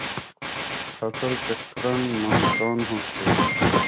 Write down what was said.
फसल चक्रण मा कौन होथे?